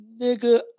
Nigga